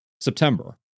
September